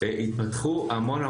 התפתחו המון,